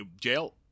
jail